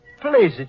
Please